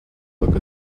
look